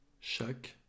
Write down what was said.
Chaque